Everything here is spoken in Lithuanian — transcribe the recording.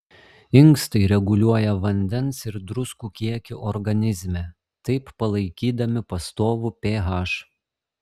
inkstai reguliuoja vandens ir druskų kiekį organizme taip palaikydami pastovų ph